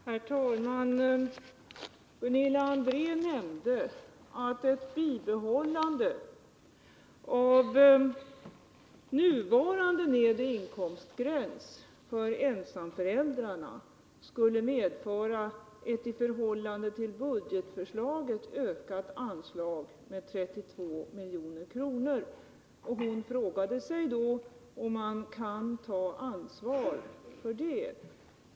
Herr talman! Gunilla André nämnde att ett bibehållande av den nuvarande nedre inkomstgränsen för ensamföräldrarna skulle medföra en ökning av anslaget med 32 milj.kr. i förhållande till budgetförslaget. Hon frågade sig då om man kan ta ansvar härför.